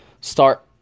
Start